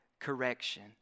correction